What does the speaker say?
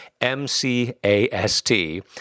M-C-A-S-T